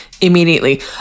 immediately